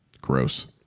gross